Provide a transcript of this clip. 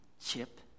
chip